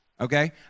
okay